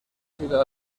sido